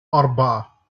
أربعة